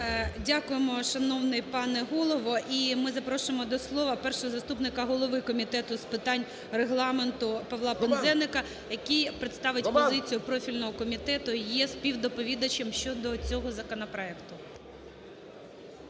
Дякуємо, шановний пане Голово. І ми запрошуємо до слова першого заступника голови Комітету з питань Регламенту Павла Пинзеника, який представить позицію профільного комітету, є співдоповідачем щодо цього законопроекту.